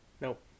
nope